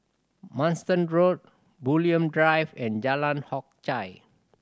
Manston Road Bulim Drive and Jalan Hock Chye